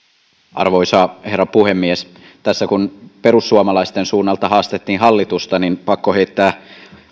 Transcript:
arvoisa herra puhemies tässä kun perussuomalaisten suunnalta haastettiin hallitusta niin on pakko heittää